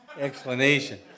explanation